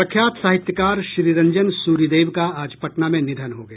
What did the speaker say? प्रख्यात साहित्यकार श्रीरंजन सूरिदेव का आज पटना में निधन हो गया